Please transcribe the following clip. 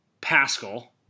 Pascal